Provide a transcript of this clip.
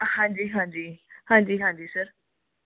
ਹਾਂਜੀ ਹਾਂਜੀ ਹਾਂਜੀ ਹਾਂਜੀ ਸਰ